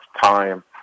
time